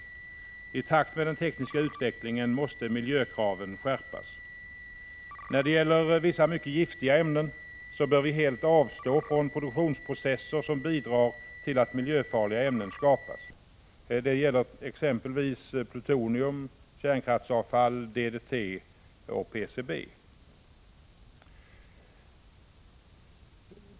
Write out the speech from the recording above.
I takt med den tekniska utvecklingen måste miljökraven skärpas. Vi bör helt avstå från produktions Prot. 1985/86:140 processer som bidrar till att vissa mycket giftiga ämnen bildas. Detta gäller 14 maj 1986 exempelvis plutonium, kärnkraftsavfall, DDT och PCB.